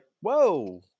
whoa